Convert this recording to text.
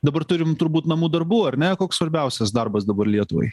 dabar turim turbūt namų darbų ar ne koks svarbiausias darbas dabar lietuvai